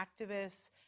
activists